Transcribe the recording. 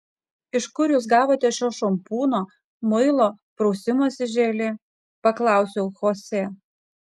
iš kur jūs gavote šio šampūno muilo prausimosi želė paklausiau chosė